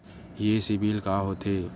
ये सीबिल का होथे?